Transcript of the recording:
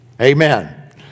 Amen